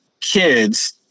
kids